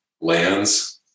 lands